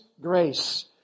grace